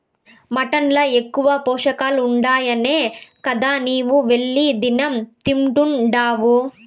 mutton ల ఎక్కువ పోషకాలుండాయనే గదా నీవు వెళ్లి దినం తింటున్డావు